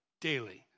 daily